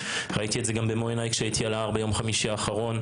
ראיתי את זה במו עיניי כשהייתי על ההר ביום חמישי האחרון.